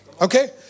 Okay